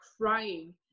crying